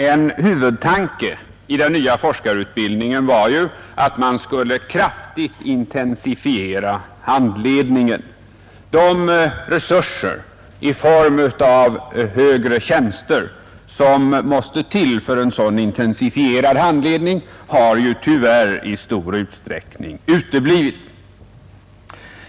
En huvudtanke i den nya forskarutbildningen var som bekant att man kraftigt skulle intensifiera handledningen, men de resurser i form av högre tjänster som måste till för en sådan intensifierad handledning har tyvärr i stor utsträckning uteblivit.